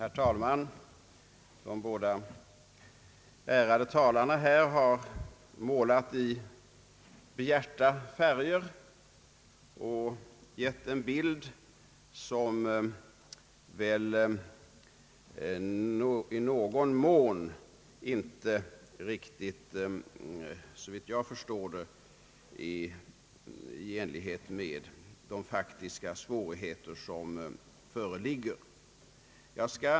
Herr talman! De båda ärade talarna har målat i bjärta färger och gett en bild som såvitt jag förstår inte riktigt överensstämmer med de faktiska förhållanden som föreligger.